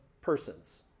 persons